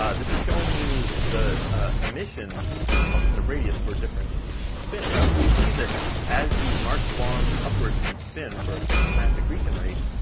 um this is showing you the emission as a function of radius for different spins. and you see that as you march along upwards in spin for a fixed mass accretion rate,